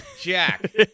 Jack